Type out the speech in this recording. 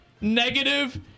negative